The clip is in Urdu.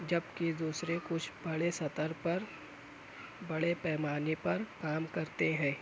جب کہ دوسرے کچھ بڑے سطح پر بڑے پیمانے پر کام کرتے ہیں